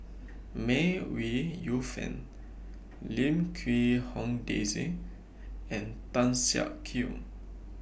May Ooi Yu Fen Lim Quee Hong Daisy and Tan Siak Kew